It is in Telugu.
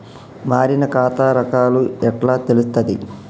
మారిన ఖాతా రకాలు ఎట్లా తెలుత్తది?